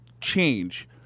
change